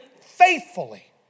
faithfully